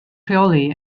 rheoli